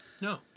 No